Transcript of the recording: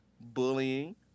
bullying